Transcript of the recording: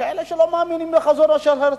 כאלו שלא מאמינים בחזונו של הרצל.